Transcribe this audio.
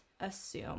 assume